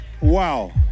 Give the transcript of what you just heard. Wow